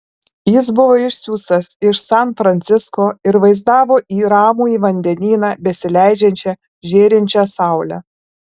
jis buvo išsiųstas iš san francisko ir vaizdavo į ramųjį vandenyną besileidžiančią žėrinčią saulę